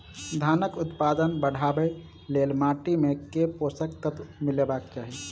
धानक उत्पादन बढ़ाबै लेल माटि मे केँ पोसक तत्व मिलेबाक चाहि?